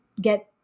get